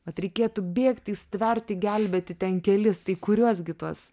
vat reikėtų bėgti stverti gelbėti ten kelis tai kuriuos gi tuos